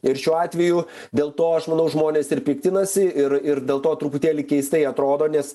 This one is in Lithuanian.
ir šiuo atveju dėl to aš manau žmonės ir piktinasi ir ir dėl to truputėlį keistai atrodo nes